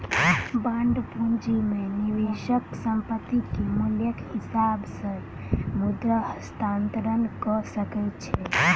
bond पूंजी में निवेशक संपत्ति के मूल्यक हिसाब से मुद्रा हस्तांतरण कअ सकै छै